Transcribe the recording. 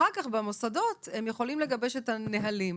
ואחר כך במוסדות הם יכולים לגבש את הנהלים.